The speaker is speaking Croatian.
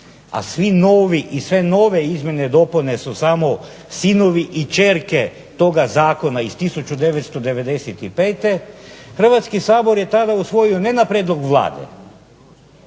a svi novi i sve nove izmjene i dopune su samo sinovi i kćerke toga zakona iz 1995., Hrvatski sabor je tada usvojio ne na prijedlog Vlade,